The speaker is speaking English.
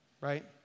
right